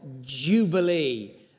jubilee